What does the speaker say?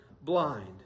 blind